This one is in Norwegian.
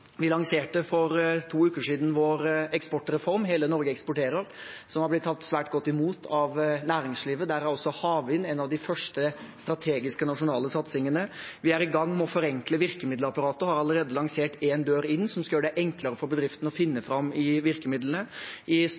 Vi lanserte for to uker siden vår eksportreform, Hele Norge eksporterer, som har blitt tatt svært godt imot av næringslivet. Der er også havvind en av de første strategiske nasjonale satsingene. Vi er i gang med å forenkle virkemiddelapparatet og har allerede lansert én dør inn-løsningen, som skal gjøre det enklere for bedrifter å finne fram i virkemidlene. I